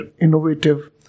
innovative